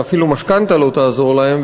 ואפילו משכנתה לא תעזור להם,